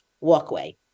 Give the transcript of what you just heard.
walkway